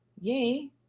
Yay